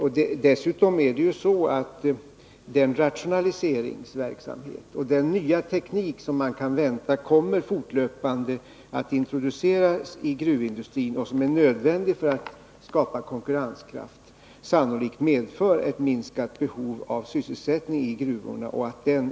Dessutom är det så att den rationaliseringsverksamhet och den nya teknik som kan väntas fortlöpande bli introducerade i gruvindustri, och som är nödvändiga för att skapa konkurrenskraft, sannolikt medför minskat behov av sysselsättning i gruvorna.